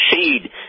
seed